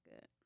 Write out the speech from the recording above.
good